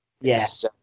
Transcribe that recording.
Yes